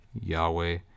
Yahweh